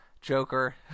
joker